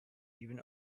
even